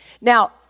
Now